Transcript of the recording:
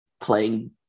playing